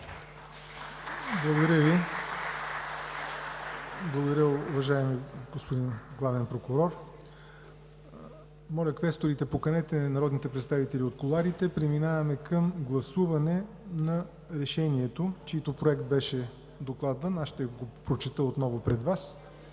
Благодаря Ви, уважаеми господин Главен прокурор. Моля, квесторите, поканете народните представители от кулоарите. Преминаваме към гласуване на Решението, чийто Проект беше докладван – ще го прочета отново: